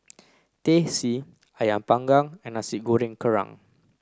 Teh C Ayam panggang and Nasi Goreng Kerang